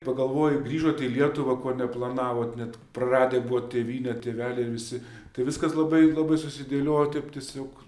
pagalvoju grįžot į lietuvą ko neplanavot net praradę buvot tėvynę tėveliai visi tai viskas labai labai susidėliojo taip tiesiog